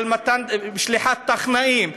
על שליחת טכנאים,